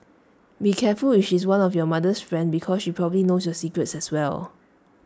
be careful if she's one of your mother's friend because she probably knows your secrets as well